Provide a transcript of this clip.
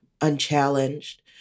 unchallenged